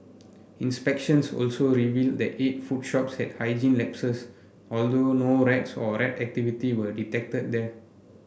inspections also revealed that eight food shops had hygiene lapses although no rats or rat activity were detected there